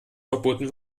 verboten